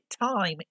time